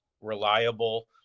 reliable